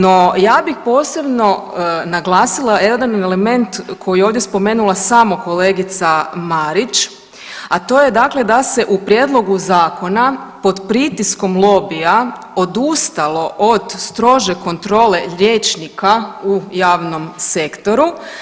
No ja bih posebno naglasila jedan element koji je ovdje spomenula samo kolegica Marić, a to je dakle da se u prijedlogu zakona pod pritiskom lobija odustalo od strože kontrole liječnika u javnom sektoru.